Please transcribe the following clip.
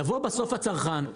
יבוא בסוף הצרכן,